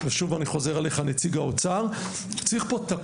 ושוב אני חוזר אליך נציג האוצר משמעותי.